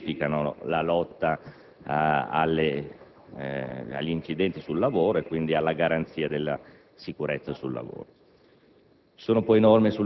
intensificano la lotta agli incidenti sul lavoro a garanzia della sicurezza sul lavoro.